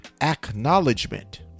Acknowledgement